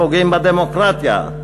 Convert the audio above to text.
פוגעים בדמוקרטיה,